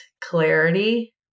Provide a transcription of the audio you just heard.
clarity